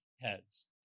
heads